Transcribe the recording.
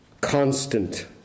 constant